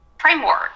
framework